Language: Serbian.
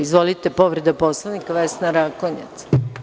Izvolite, povreda Poslovnika, Vesna Rakonjac.